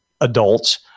adults